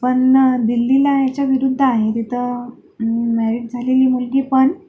पण दिल्लीला याच्या विरुद्ध आहे तिथं मॅरीड झालेली मुलगीपण